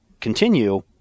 continue